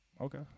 okay